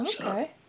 Okay